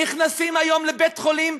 נכנסים היום לבית-חולים,